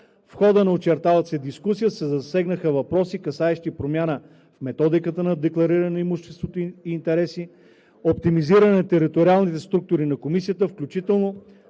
В хода на очерталата се дискусия се засегнаха въпроси, касаещи промяна в методиката на деклариране на имущество и интереси, оптимизиране на териториалните структури на Комисията, включително